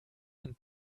and